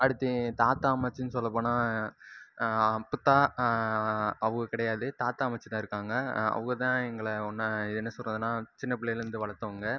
அடுத்து என் தாத்தா அம்மாச்சின்னு சொல்லப் போனால் அப்பத்தா அவங்கள் கிடையாது தாத்தா அம்மாச்சி தான் இருக்காங்கள் அவங்கள் தான் எங்களை ஒன்றா என்ன சொல்வதுன்னா சின்ன புள்ளையிலேருந்து வளர்த்தவங்க